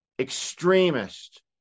extremist